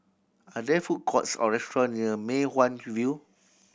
are there food courts or restaurant near Mei Hwan View